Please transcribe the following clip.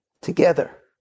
together